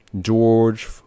George